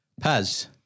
Paz